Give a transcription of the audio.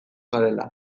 garela